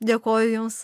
dėkoju jums